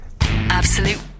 Absolute